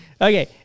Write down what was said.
Okay